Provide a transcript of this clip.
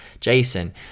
Jason